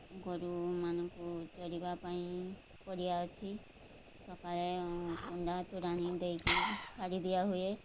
ଗୋରୁମାନଙ୍କୁ ଚରିବା ପାଇଁ ପଡ଼ିଆ ଅଛି ସକାଳେ କୁଣ୍ଡା ତୋରାଣି ଦେଇକି ଛାଡ଼ି ଦିଆହୁଏ